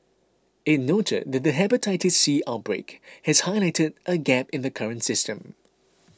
it noted that the Hepatitis C outbreak has highlighted a gap in the current system